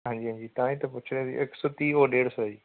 ਹਾਂਜੀ ਹਾਂਜੀ ਤਾਂ ਹੀ ਤਾਂ ਪੁੱਛ ਰਿਹਾ ਜੀ ਇੱਕ ਸੌ ਤੀਹ ਉਹ ਡੇਢ ਸੌ ਜੀ